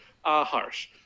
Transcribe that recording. Harsh